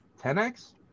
10x